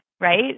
right